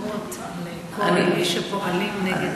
לכל מי שפועלים נגד,